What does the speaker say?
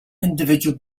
individual